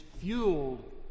fueled